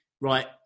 right